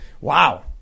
Wow